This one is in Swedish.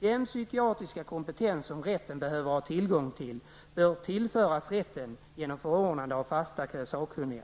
Den psykiatriska kompetens som rätten behöver ha tillgång till bör tillföras rätten genom förordnande av sådana sakkunniga.